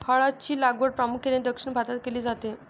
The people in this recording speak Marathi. हळद ची लागवड प्रामुख्याने दक्षिण भारतात केली जाते